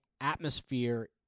atmosphere